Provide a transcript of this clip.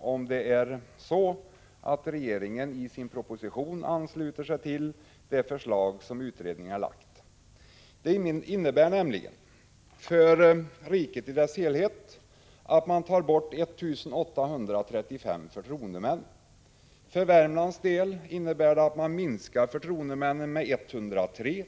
om det är så, att regeringen i sin proposition ansluter sig till det förslag som utredningen har lagt fram. Förslaget innebär nämligen för riket i dess helhet att man tar bort 1 835 förtroendemän. För Värmlands del betyder det att man minskar antalet förtroendemän med 103.